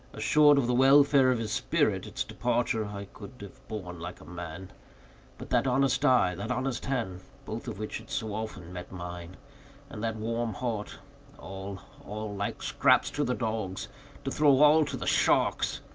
assured of the welfare of his spirit, its departure i could have borne like a man but that honest eye, that honest hand both of which had so often met mine and that warm heart all, all like scraps to the dogs to throw all to the sharks!